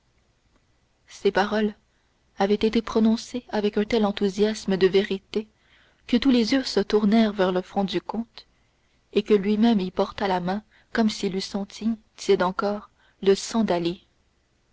ces paroles avaient été prononcées avec un tel enthousiasme de vérité que tous les yeux se tournèrent vers le front du comte et que lui-même y porta la main comme s'il eût senti tiède encore le sang d'ali